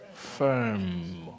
firm